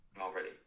already